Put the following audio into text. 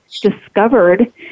discovered